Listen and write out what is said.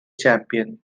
champion